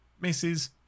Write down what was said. misses